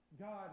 God